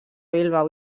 bilbao